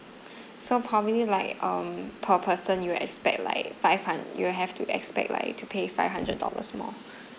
so probably like um per person you will expect like five hun~ you have to expect like need to pay five hundred dollars more